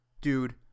dude